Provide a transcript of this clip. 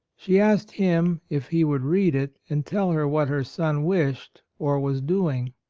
she asked him if he would read it and tell her what her son wished or was doing.